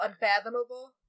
unfathomable